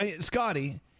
Scotty